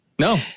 No